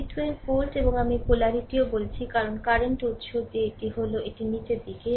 এটি 12 ভোল্ট এবং আমি পোলারিটিটিও বলেছি কারণ কারেন্ট উত্স যে এটি হল এটি নীচের দিকে